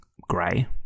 grey